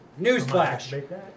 Newsflash